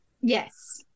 Yes